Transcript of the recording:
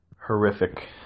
horrific